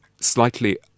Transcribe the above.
slightly